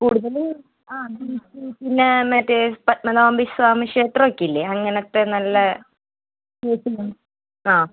കൂടുതൽ ആ ബീച്ച് പിന്നേ മറ്റേ പത്മനാഭസ്വാമി ക്ഷേത്രമൊക്കെയില്ലെ അങ്ങനത്തെ നല്ല പ്ലേസിലാണ് ആ